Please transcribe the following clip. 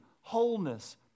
wholeness